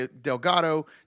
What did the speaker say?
Delgado